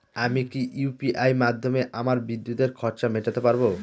আমি কি ইউ.পি.আই মাধ্যমে আমার বিদ্যুতের খরচা মেটাতে পারব?